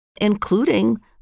including